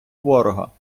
ворога